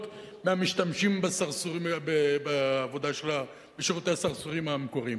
מאשר את המשתמשים בשירותי הסרסורים המקוריים.